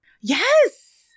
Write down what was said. Yes